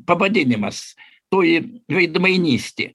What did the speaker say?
pavadinimas toji veidmainystė